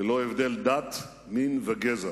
ללא הבדלי דת, מין וגזע.